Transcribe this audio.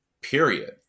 period